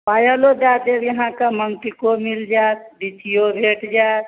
पाएलो दए देब अहाँकेॅं माँगटीको भेट जाएत बिछिओ भेट जाएत